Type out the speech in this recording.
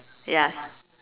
yes